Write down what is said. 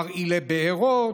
מרעילי בארות,